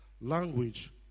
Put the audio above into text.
language